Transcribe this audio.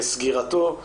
סגירתו.